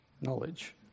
knowledge